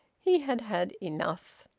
he had had enough.